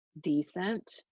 decent